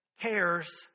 cares